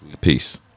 Peace